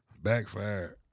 backfired